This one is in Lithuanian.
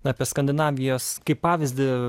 apie skandinavijos kaip pavyzdį